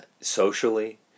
socially